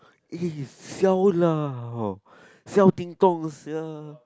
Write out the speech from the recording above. eh siao lah siao ding dong sia